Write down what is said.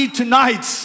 tonight